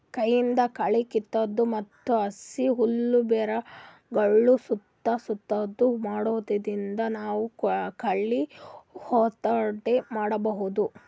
ಕೈಯಿಂದ್ ಕಳಿ ಕಿತ್ತದು ಮತ್ತ್ ಹಸಿ ಹುಲ್ಲ್ ಬೆರಗಳ್ ಸುತ್ತಾ ಸುತ್ತದು ಮಾಡಾದ್ರಿಂದ ನಾವ್ ಕಳಿ ಹತೋಟಿ ಮಾಡಬಹುದ್